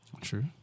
True